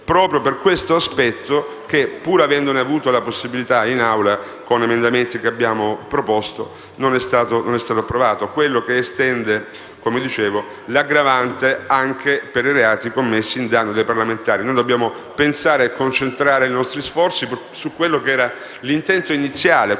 proprio per questo aspetto che, pur avendone avuto la possibilità in Aula, con emendamenti che abbiamo proposto, non è stato approvato, ossia quello che estende l'aggravante anche i reati commessi in danno dei parlamentari. Noi dobbiamo concentrare i nostri sforzi su quello che era l'intento iniziale,